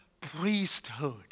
priesthood